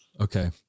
Okay